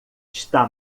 está